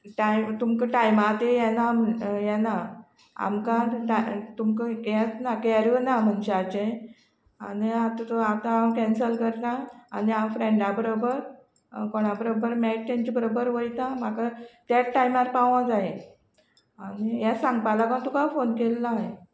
time तुमकां टायमा ती येना येना आमकां तुमकां हेतना केर ना मनशाचे आनी आतां थंय हांव कॅन्सल करना आनी हांव फ्रेंडा बरोबर कोणा बरोबर मेळटा तेंच्या बरोबर वयता म्हाका त्यात टायमार पावो जाय आनी हे सांगपा लागोन तुका फोन केल्लो हांयें